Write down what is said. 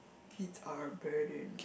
kids are burden